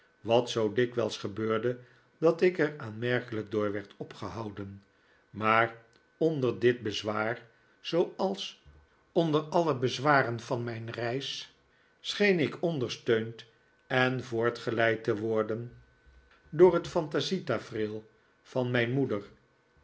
wat zoo dikwijls gebeurde dat ik er aanmerkelijk door werd opgehouden maar onder dit bezwaar zooals onder alle bezwaren van mijn reis scheen ik ondersteund en voortgeleid te worden door het fantasie tafereel van mijn moeder